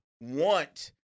want